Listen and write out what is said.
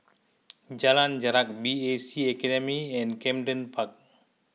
Jalan Jarak B C A Academy and Camden Park